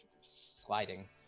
sliding